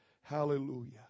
Hallelujah